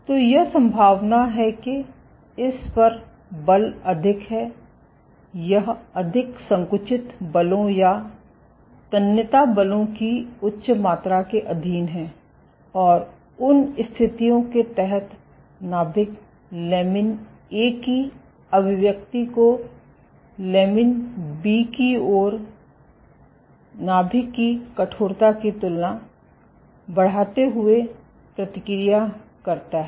तो यह संभावना है कि इस पर बल अधिक है यह अधिक संकुचित बलों या तन्यता बलों की उच्च मात्रा के अधीन है और उन स्थितियों के तहत नाभिक लेमिन A की अभिव्यक्ति को लेमिन B की और नाभिक की कठोरता की तुलना में बढ़ाते हुये प्रतिक्रिया करता है